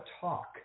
talk